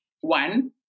one